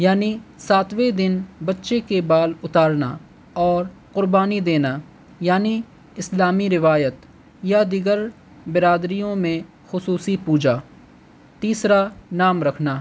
یعنی ساتوے دن بچے کے بال اتارنا اور قربانی دینا یعنی اسلامی روایت یا دیگر برادریوں میں خصوصی پوجا تیسرا نام رکھنا